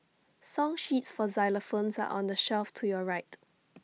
song sheets for xylophones are on the shelf to your right